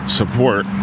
support